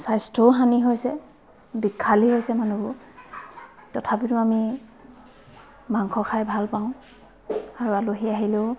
স্বাস্থ্যও হানি হৈছে বিষালী হৈছে মানুহবোৰ তথাপিতো আমি মাংস খাই ভাল পাওঁ আৰু আলহী আহিলেও